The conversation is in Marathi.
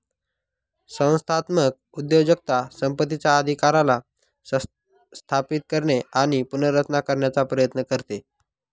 संस्थात्मक उद्योजकता संपत्तीचा अधिकाराला स्थापित करणे आणि पुनर्रचना करण्याचा प्रयत्न करते